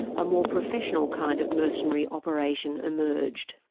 a more professional kind of mercenary operation emerged.